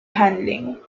handling